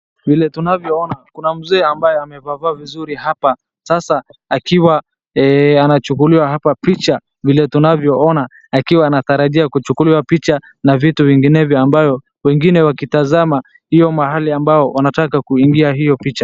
Vile tunavyoona kuna mzee ambaye amevaa vaa vizuri hapa sasa akiwa anachukuliwa picha hapa vile tunavyoona akiwa anatarajiwa kuchukuliwa picha nq vitu vinginevyo ambayo wengine wakitazama hiyo mahali ambayo wanataka kuingia hiyo picha.